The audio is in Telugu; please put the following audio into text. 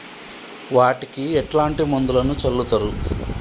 వాటికి ఎట్లాంటి మందులను చల్లుతరు?